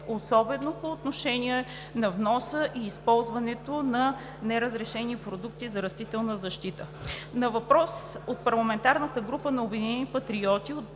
особено по отношение на вноса и използването на неразрешени продукти за растителна защита. На въпрос от парламентарната група на „Обединени патриоти“